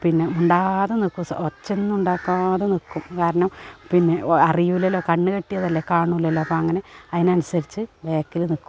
പിന്നെ മുണ്ടാതെ നിക്കും ഒച്ച ഒന്നും ഉണ്ടാക്കാതെ നിൽക്കും കാരണം പിന്നെ അറിയില്ലല്ലൊ കണ്ണു കെട്ടിയതല്ലെ കാണില്ലല്ലൊ അപ്പം അങ്ങനെ അതിനനുസരിച്ചു ബാക്കിൽ നിൽക്കും